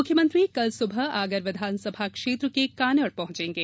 मुख्यमंत्री कल सुबह आगर विधानसभा क्षेत्र के कानड़ पहुंचेगें